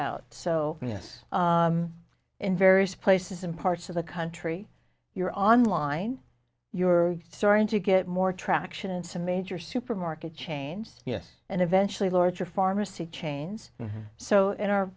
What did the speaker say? out so yes in various places and parts of the country you're online you're starting to get more traction in some major supermarket chains yes and eventually larger pharmacy chains so in our